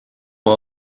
può